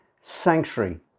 sanctuary